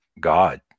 God